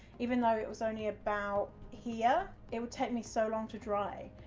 even though it was only about here, it would take me so long to dry.